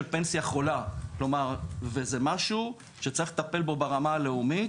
"פנסיה חולה" וזה משהו שצריך לטפל בו ברמה הלאומית,